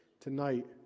tonight